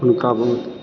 हुनका बहुत